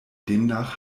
demnach